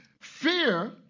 Fear